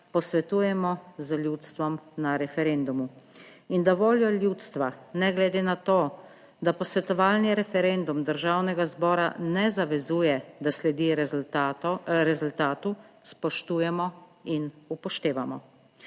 posvetujemo z ljudstvom na referendumu in da voljo ljudstva ne glede na to, da posvetovalni referendum državnega zbora ne zavezuje, da sledi rezultat rezultatu, spoštujemo in upoštevamo.